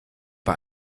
bei